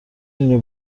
دونی